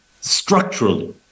structurally